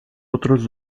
otros